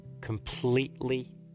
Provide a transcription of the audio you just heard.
completely